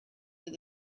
that